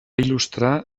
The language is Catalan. il·lustrar